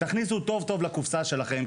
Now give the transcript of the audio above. תכניסו טוב טוב לקופסה שלכם,